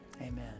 amen